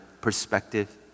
perspective